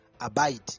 abide